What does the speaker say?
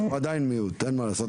אנחנו עדיין מיעוט, אין מה לעשות.